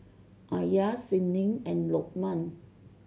Alya Senin and Lokman